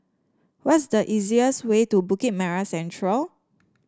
what's the easiest way to Bukit Merah Central